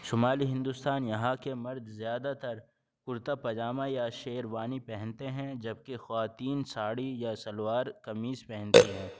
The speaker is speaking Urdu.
شمالی ہندوستان یہاں کے مرد زیادہ تر کرتا پاجامہ یا شیروانی پہنتے ہیں جبکہ خواتین ساڑی یا شلوار قمیص پہنتی ہیں